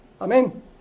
Amen